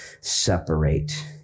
separate